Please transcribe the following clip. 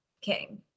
king